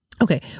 Okay